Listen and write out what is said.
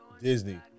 Disney